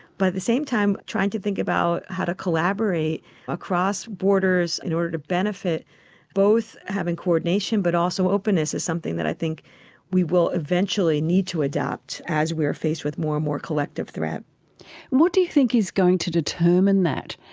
but at the same time trying to think about how to collaborate across borders in order to benefit both having coordination but also openness is something that i think we will eventually need to adapt as we are faced with more and more collective threat. and what do you think is going to determine that,